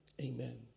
Amen